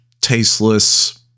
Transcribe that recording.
tasteless